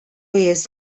jest